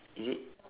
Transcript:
is it